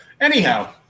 anyhow